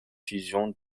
fusion